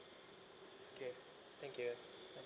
K thank you